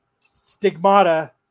stigmata